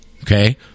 okay